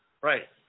Right